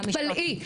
תתפלאי,